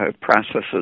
processes